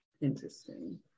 interesting